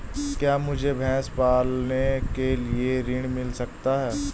क्या मुझे भैंस पालने के लिए ऋण मिल सकता है?